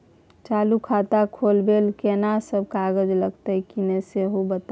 चालू खाता खोलवैबे के लेल केना सब कागज लगतै किन्ने सेहो बताऊ?